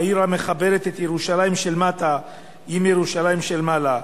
העיר המחברת את ירושלים של מטה עם ירושלים של מעלה.